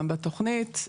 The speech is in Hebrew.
בתכנית.